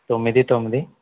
తొమ్మిది తొమ్మిది